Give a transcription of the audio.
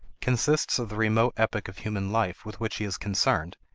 consists of the remote epoch of human life with which he is concerned,